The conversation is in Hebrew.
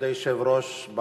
כבוד היושב-ראש,